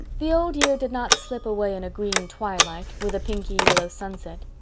the old year did not slip away in a green twilight, with a pinky-yellow sunset.